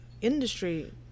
industry